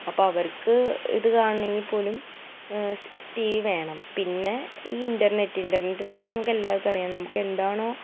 അപ്പോൾ അവർക്ക് ഇത് കാണണമെങ്കിൽ പോലും ടി വി വേണം പിന്നെ ഈ ഇന്റർനെറ്റ് ഇന്റർനെറ്റ് എന്ന് പറയുമ്പോൾ നമുക്ക് എല്ലാവർക്കും അറിയാം നമുക്ക് എന്താണോ